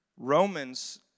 Romans